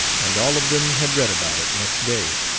and all of them had read about it, next day,